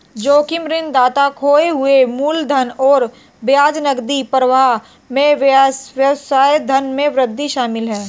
जोखिम ऋणदाता खोए हुए मूलधन और ब्याज नकदी प्रवाह में व्यवधान में वृद्धि शामिल है